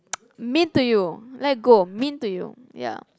mean to you let go mean to you ya